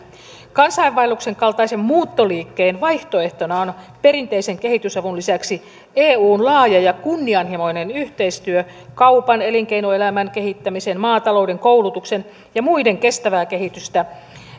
kansainvaelluksen kaltaisen muuttoliikkeen vaihtoehtona on perinteisen kehitysavun lisäksi eun laaja ja kunnianhimoinen yhteistyö kaupan elinkeinoelämän kehittämisen maatalouden koulutuksen ja muiden kestävää kehitystä